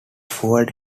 fuelled